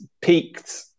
peaked